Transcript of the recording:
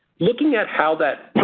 looking at how that